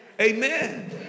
Amen